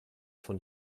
von